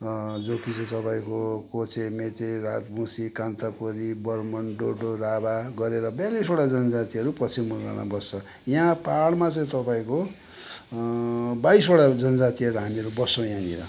जो कि चाहिँ तपाईँको कोचे मेचे राजवंशी कान्तापुरी बर्मन डोडो राभा गरेर बयालिसवटा जनजातिहरू पश्चिम बङ्गालमा बस्छ यहाँ पाहाडमा चाहिँ तपाईँको बाइसवटा जनजातिहरू हामीहरू बस्छौँ यहाँनिर